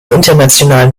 internationalen